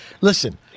Listen